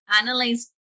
analyze